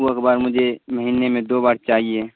وہ اخبار مجھے مہینے میں دو بار چاہیے